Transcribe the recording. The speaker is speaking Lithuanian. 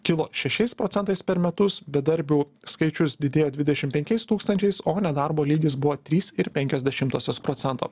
kilo šešiais procentais per metus bedarbių skaičius didėjo dvidešim penkiais tūkstančiais o nedarbo lygis buvo trys ir penkios dešimtosios procento